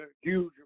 huge